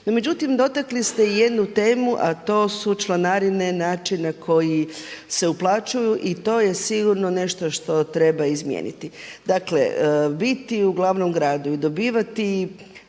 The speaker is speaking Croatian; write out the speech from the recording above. međutim dotakli ste jednu temu a to su članarine, način na koji se uplaćuju i to je sigurno nešto što treba izmijeniti. Dakle, biti u glavnom gradu i dobivati